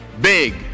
big